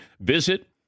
Visit